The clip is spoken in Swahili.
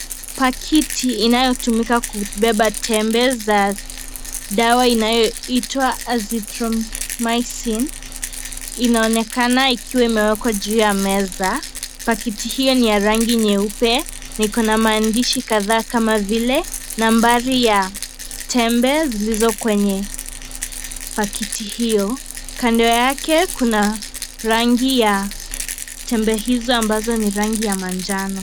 Pakiti inayotumika kubeba tembe za dawa inayoitwa azithromycin inaonekana ikiwa imewekwa juu ya meza. Pakiti hio ni ya rangi nyeupe na iko na maandishi kadhaa kama vile nambari ya tembe zilzizo kwenye pakiti hio. Kando yake kuna rangi ya tembe hizo ambazo ni rangi ya manjano.